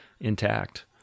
intact